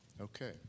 Okay